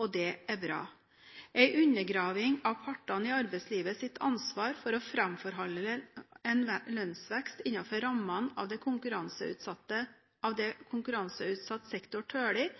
Og det er bra. En undergraving av ansvaret hos partene i arbeidslivet for å framforhandle en lønnsvekst innenfor rammene av det konkurranseutsatt sektor tåler,